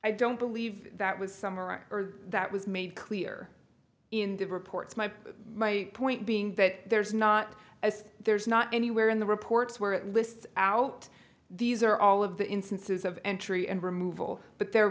i don't believe that was summer or that was made clear in the reports my my point being that there's not as there's not anywhere in the reports where it lists out these are all of the instances of entry